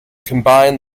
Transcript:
combine